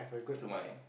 to my